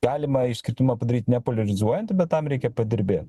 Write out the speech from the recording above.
galima išskirtumą padaryt nepoliarizuojant bet tam reikia padirbėt